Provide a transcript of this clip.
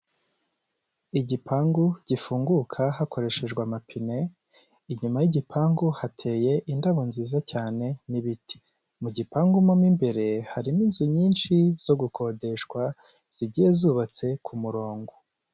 Igipangu gifunguka hakoreshejwe amapine, inyuma y'igipangu hateye indabo nziza cyane n'ibiti, mu gipangu mo imbere harimo inzu nyinshi zo gukodeshwa zigiye zubatse ku murongo.